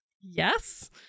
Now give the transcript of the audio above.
yes